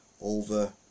over